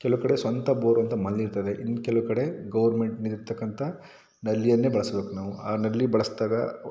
ಕೆಲವು ಕಡೆ ಸ್ವಂತ ಬೋರ್ ಅಂತ ಮನೆಯಲ್ಲಿರ್ತದೆ ಇನ್ನೂ ಕೆಲವು ಕಡೆ ಗವರ್ನ್ಮೆಂಟ್ನಲ್ಲಿ ಇರತಕ್ಕಂತಹ ನಲ್ಲಿಯನ್ನೇ ಬಳಸಬೇಕು ನಾವು ಆ ನಲ್ಲಿ ಬಳಸಿದಾಗ